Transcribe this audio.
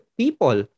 people